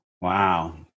Wow